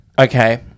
Okay